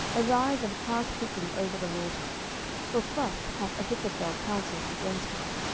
arise, and pass quickly over the water for thus hath ahithophel counselled against you.